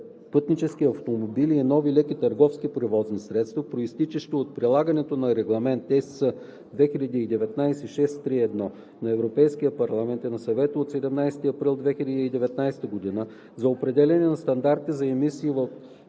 пътнически автомобили и нови леки търговски превозни средства, произтичащи от прилагането на Регламент (ЕС) 2019/631 на Европейския парламент и на Съвета от 17 април 2019 година за определяне на стандарти за емисиите